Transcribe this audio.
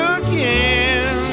again